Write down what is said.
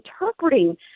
interpreting